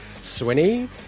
Swinny